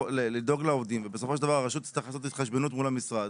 לדאוג לעובדים ובסופו של דבר הרשות תצטרך לעשות התחשבנות מול המשרד,